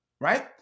right